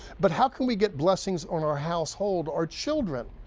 but how can we get blessings on our household, our children?